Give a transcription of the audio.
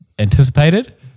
anticipated